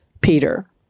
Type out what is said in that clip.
Peter